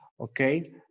okay